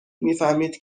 میفهمید